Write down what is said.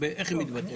איך היא מתבטאת?